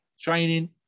Training